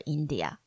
India